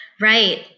Right